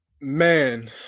Man